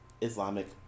Islamic